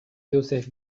joseph